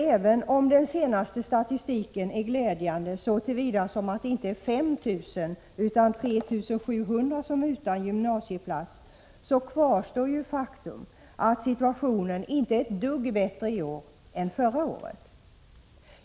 Även om den senaste statistiken är glädjande så till vida att det inte är 5 000 utan 3 700 som är utan gymnasieplats, kvarstår det faktum att situationen inte är ett dugg bättre i år än förra året.